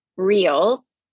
reels